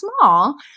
small